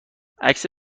عکس